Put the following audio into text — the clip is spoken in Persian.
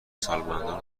سالمندان